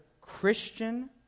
Christian